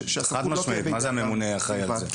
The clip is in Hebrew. כדי שהסמכות לא תהיה רק בידיו.